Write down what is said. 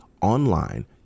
online